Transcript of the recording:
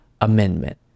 Amendment